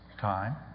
time